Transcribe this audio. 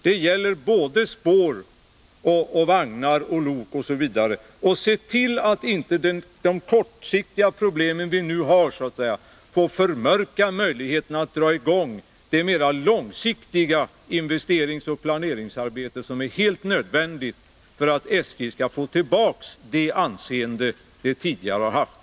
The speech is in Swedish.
Det gäller spår, vagnar, lok osv. Och se till att inte de kortsiktiga problem vi har får förmörka möjligheterna att dra i gång det mera långsiktiga investeringsoch planeringsarbete som är helt nödvändigt för att SJ skall få tillbaka det anseende som SJ tidigare har haft!